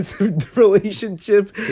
relationship